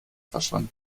verschwand